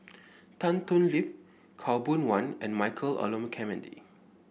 Tan Thoon Lip Khaw Boon Wan and Michael Olcomendy